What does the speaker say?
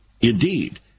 Indeed